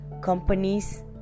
Companies